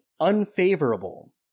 unfavorable